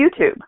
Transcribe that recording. YouTube